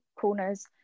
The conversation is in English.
corners